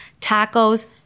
tacos